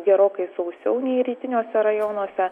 gerokai sausiau nei rytiniuose rajonuose